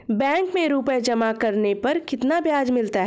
Bank में रुपये जमा करने पर कितना ब्याज मिलता है?